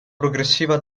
progressiva